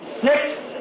six